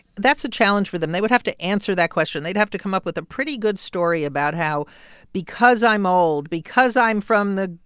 that's a challenge for them. they would have to answer that question. they'd have to come up with a pretty good story about how because i'm old, because i'm from the,